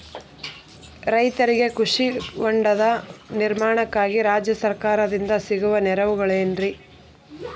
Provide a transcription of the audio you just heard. ರೈತರಿಗೆ ಕೃಷಿ ಹೊಂಡದ ನಿರ್ಮಾಣಕ್ಕಾಗಿ ರಾಜ್ಯ ಸರ್ಕಾರದಿಂದ ಸಿಗುವ ನೆರವುಗಳೇನ್ರಿ?